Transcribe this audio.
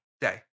day